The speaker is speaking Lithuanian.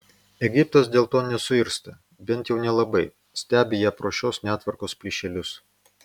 egiptas dėl to nesuirzta bent jau nelabai stebi ją pro šios netvarkos plyšelius